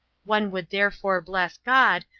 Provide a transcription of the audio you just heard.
one would therefore bless god,